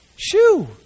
Shoo